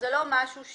לא חשבנו על זה.